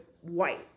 white